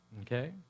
okay